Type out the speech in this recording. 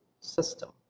system